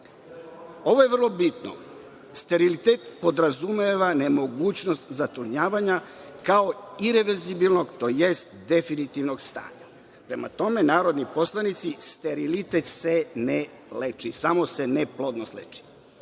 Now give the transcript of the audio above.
Ovo je vrlo bitno. Sterilitet podrazumeva nemogućnost zatrudnjavanja kao ireverzibilnog tj. definitivnog stanja. Prema tome, narodni poslanici, sterilitet se ne leči, samo se neplodnost